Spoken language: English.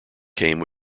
came